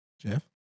Jeff